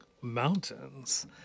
mountains